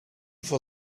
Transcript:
for